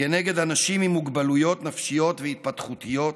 כנגד אנשים עם מוגבלויות נפשיות והתפתחותיות,